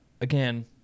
again